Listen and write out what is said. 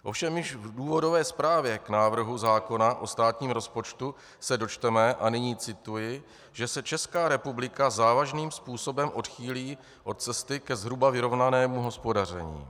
Ovšem již v důvodové zprávě k návrhu zákona o státním rozpočtu se dočteme, a nyní cituji, že se Česká republika závažným způsobem odchýlí od cesty ke zhruba vyrovnanému hospodaření.